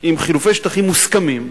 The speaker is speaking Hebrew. עם חילופי שטחים מוסכמים,